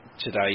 today